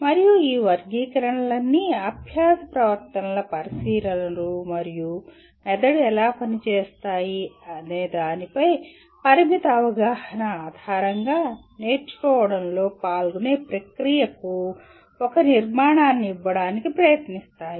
మరియు ఈ వర్గీకరణలన్నీ అభ్యాస ప్రవర్తనల పరిశీలనలు మరియు మెదడు ఎలా పనిచేస్తాయనే దానిపై పరిమిత అవగాహన ఆధారంగా నేర్చుకోవడంలో పాల్గొనే ప్రక్రియకు ఒక నిర్మాణాన్ని ఇవ్వడానికి ప్రయత్నిస్తాయి